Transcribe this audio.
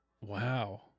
Wow